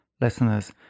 listeners